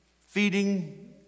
feeding